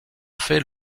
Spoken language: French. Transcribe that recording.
fait